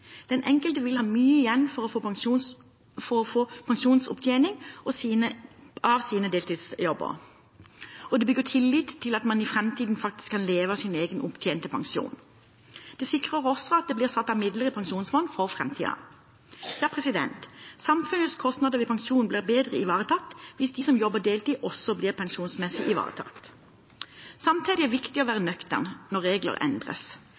Den enkelte vil ha mye igjen for å få pensjonsopptjening av sine deltidsjobber, og det bygger tillit til at man i framtiden faktisk kan leve av sin egen opptjente pensjon. Det sikrer også at det blir satt av midler i pensjonsfond for framtiden. Samfunnets kostnader ved pensjon blir bedre ivaretatt hvis de som jobber deltid, også blir pensjonsmessig ivaretatt. Samtidig er det viktig å være nøktern når regler endres.